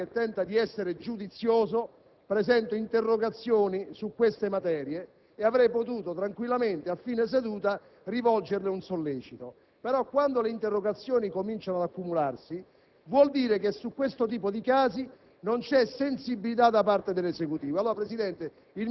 Presidente, io, come parlamentare, tento di essere giudizioso e presento interrogazioni su tali materie; pertanto, avrei potuto tranquillamente a fine seduta rivolgerle un sollecito. Quando, però, le interrogazioni cominciano ad accumularsi, vuol dire che su questi casi